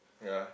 ya